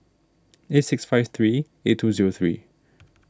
eight six five three eight two zero three